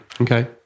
Okay